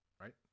Right